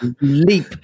leap